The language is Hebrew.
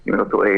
אם אני לא טועה,